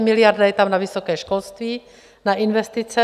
Miliarda je tam na vysoké školství na investice.